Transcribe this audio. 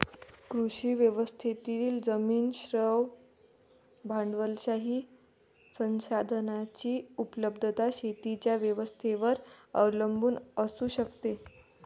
कृषी व्यवस्थेतील जमीन, श्रम, भांडवलशाही संसाधनांची उपलब्धता शेतीच्या व्यवस्थेवर अवलंबून असू शकते